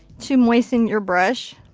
to moisten your brush.